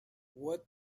what